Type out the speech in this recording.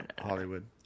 Hollywood